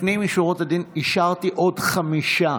לפנים משורת הדין אישרתי עוד חמישה